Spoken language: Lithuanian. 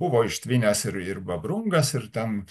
buvo ištvinęs ir ir babrungas ir ten